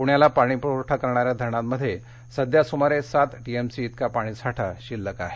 पुण्याला पाणीपुरवठा करणाऱ्या धरणांमध्ये सध्या सुमारे सात टीएमसी इतका पाणीसाठा शिल्लक आहे